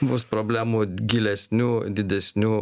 bus problemų gilesnių didesnių